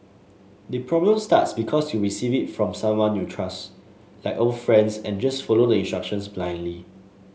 the problem starts because you receive it from someone you trust like old friends and just follow the instructions blindly